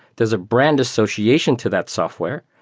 there's a brand association to that software.